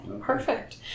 perfect